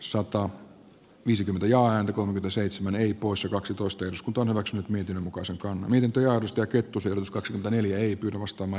sota viisikymmentä ja antikonvu seitsemän eri poissa kaksitoista bsk on omaksunut miten muka se on miniteosta kettusen usko taneli mustonen